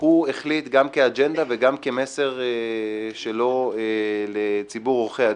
הוא החליט גם כאג'נדה וגם כמסר שלו לציבור עורכי הדין,